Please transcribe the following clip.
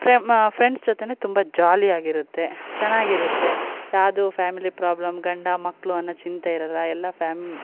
ಫ್ರೆಮ friends ಜೊತೆ ತುಂಬ jolly ಆಗಿರುತ್ತೆ ಚೆನ್ನಾಗಿರುತ್ತೆ ಯಾವುದು ಫ್ಯಾಮಿಲಿ ಪ್ರಾಬ್ಲಮ್ ಗಂಡ ಮಕ್ಕಳು ಅನ್ನೋ ಚಿಂತೆ ಇರೋಲ್ಲ ಎಲ್ಲ ಫ್ಯಾಮ್